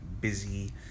busy